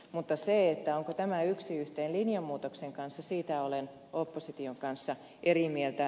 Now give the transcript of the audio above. mutta siitä onko tämä yksi yhteen linjamuutoksen kanssa olen opposition kanssa eri mieltä